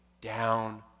down